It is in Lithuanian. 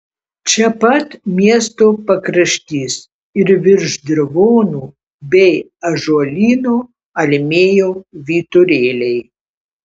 čia pat miesto pakraštys ir virš dirvonų bei ąžuolyno almėjo vyturėliai